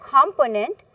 component